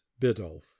biddulph